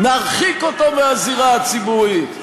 נרחיק אותו מהזירה הציבורית.